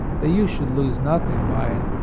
that you should lose nothing by it.